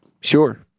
Sure